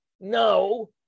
no